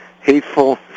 hateful